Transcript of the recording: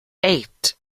eight